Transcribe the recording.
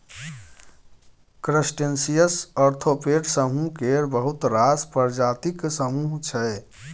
crustaceans arthropod समुह केर बहुत रास प्रजातिक समुह छै